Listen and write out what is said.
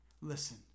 Listen